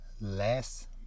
Less